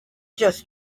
just